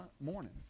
morning